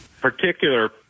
particular